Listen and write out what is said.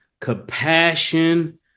compassion